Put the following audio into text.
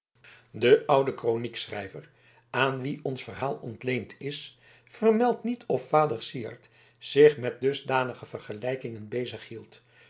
de oude kroniekschrijver aan wien ons verhaal ontleend is vermeldt niet of vader syard zich met dusdanige vergelijkingen bezig hield